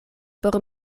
por